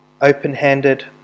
open-handed